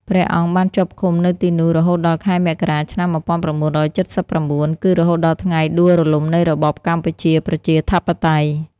ព្រះអង្គបានជាប់ឃុំនៅទីនោះ រហូតដល់ខែមករា ឆ្នាំ១៩៧៩ គឺរហូតដល់ថ្ងៃដួលរលំនៃរបបកម្ពុជាប្រជាធិបតេយ្យ ។